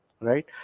right